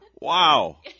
Wow